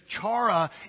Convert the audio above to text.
chara